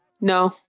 No